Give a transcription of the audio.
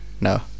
No